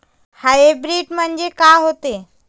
Hybrid म्हनजे का होते?